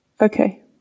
Okay